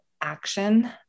action